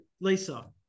Lisa